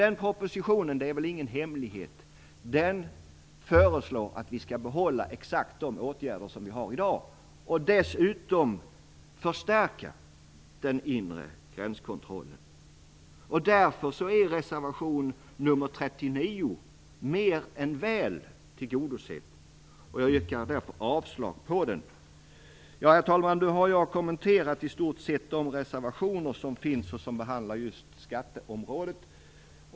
Det är väl ingen hemlighet att den propositionen föreslår att vi skall behålla exakt de åtgärder som finns i dag och dessutom förstärka den inre gränskontrollen. Därmed är kraven i reservation 39 mer än väl tillgodosedda. Jag yrkar därför avslag på den reservationen. Herr talman! Nu har jag kommenterat i stort sett alla de reservationer som finns till betänkandet och som behandlar just skatteområdet.